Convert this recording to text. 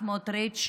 סמוטריץ'.